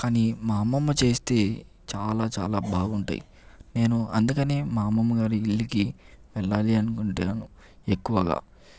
కానీ మా అమ్మమ్మ చేస్తే చాలా చాలా బాగుంటాయి నేను అందుకనే మా అమ్మమ్మ గారి ఇల్లు కి వెళ్ళాలి అనుకుంటాను ఎక్కువగా